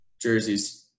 jerseys